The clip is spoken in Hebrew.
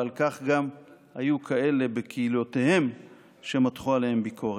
ועל כך גם היו כאלה בקהילותיהם שמתחו עליהם ביקורת.